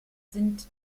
sind